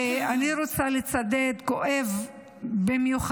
ואני רוצה לצדד: כואב במיוחד,